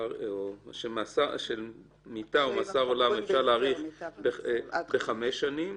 שניתן מאסר עולם ניתן להאריך בחמש שנים,